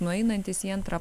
nueinantis į antrą